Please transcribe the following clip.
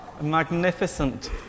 magnificent